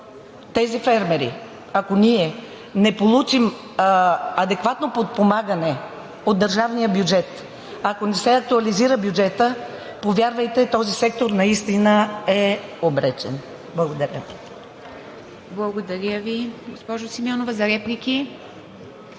тези фермери, ако ние не получим адекватно подпомагане от държавния бюджет, ако не се актуализира бюджетът, повярвайте, този сектор наистина е обречен. Благодаря. ПРЕДСЕДАТЕЛ ИВА МИТЕВА: Благодаря Ви, госпожо Симеонова. Реплики?